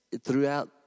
throughout